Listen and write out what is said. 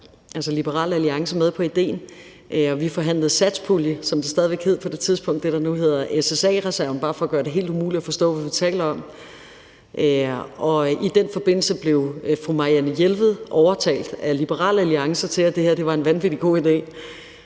at få Liberal Alliance med på idéen. Vi forhandlede satspulje, som det stadig væk hed på det tidspunkt – det, der nu hedder SSA-reserven, bare for at gøre det helt umuligt at forstå, hvad vi taler om – og i den forbindelse blev fru Marianne Jelved overtalt af Liberal Alliance til, at det her var en vanvittig god ide,